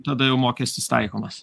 tada jau mokestis taikomas